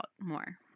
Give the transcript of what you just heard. more